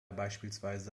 beispielsweise